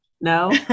No